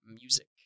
Music